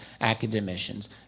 academicians